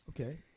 Okay